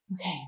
Okay